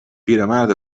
پیرمرد